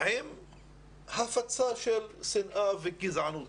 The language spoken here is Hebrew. עם הפצה של שנאה וגזענות